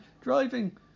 driving